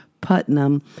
Putnam